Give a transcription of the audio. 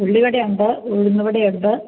ഉള്ളിവട ഉണ്ട് ഉഴുന്ന് വട ഉണ്ട്